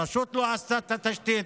הרשות לא עשתה את התשתית.